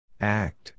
Act